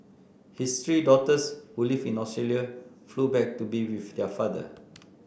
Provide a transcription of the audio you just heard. his three daughters who live in Australia flew back to be with their father